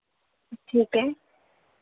ठीक है